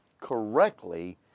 correctly